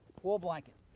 wool blanket.